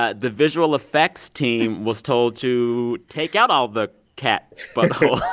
ah the visual effects team was told to take out all the cat buttholes.